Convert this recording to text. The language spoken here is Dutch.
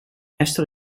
esther